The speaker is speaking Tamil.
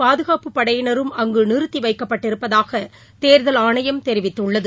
பாதுகாப்புப் படையினரும் அங்கு நிறுத்தி வைக்கப்பட்டிருப்பதாக தேர்தல் ஆணையம் தெரிவித்துள்ளது